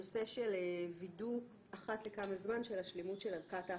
הנושא של וידוא אחת לכמה זמן של השלמות של ערכת ההחייאה.